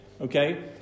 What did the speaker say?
okay